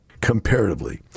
comparatively